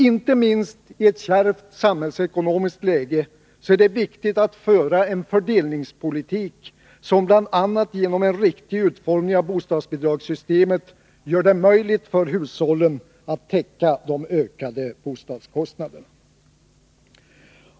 Inte minst i ett kärvt samhällsekonomiskt läge är det viktigt att föra en fördelningspolitik, som bl.a. genom en riktig utformning av bostadsbidrags systemet gör det möjligt för hushållen att täcka de ökade bostadskostnaderna.